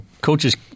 coaches